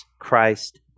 Christ